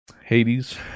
Hades